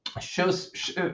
shows